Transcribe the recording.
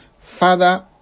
Father